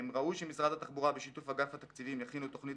ראוי שמשרד התחבורה בשיתוף אגף התקציבים יכינו תוכנית